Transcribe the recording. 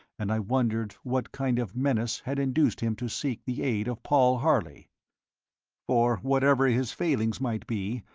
and i wondered what kind of menace had induced him to seek the aid of paul harley for whatever his failings might be,